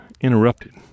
interrupted